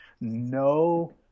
no